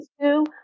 two